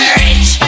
rich